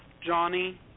Johnny